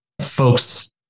folks